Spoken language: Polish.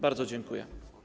Bardzo dziękuję.